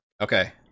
Okay